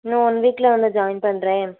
இன்னும் ஒன் வீக்கில் வந்து ஜாயின் பண்ணுறேன்